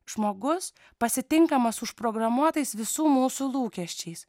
žmogus pasitinkamas užprogramuotais visų mūsų lūkesčiais